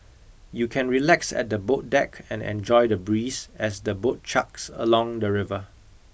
you can relax at the boat deck and enjoy the breeze as the boat chugs along the river